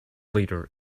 leader